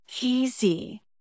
easy